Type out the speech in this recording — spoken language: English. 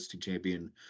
champion